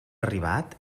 arribat